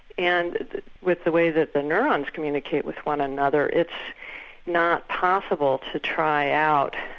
and with the way that the neurones communicate with one another it's not possible to try out,